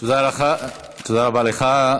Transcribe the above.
תודה רבה לך.